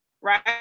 right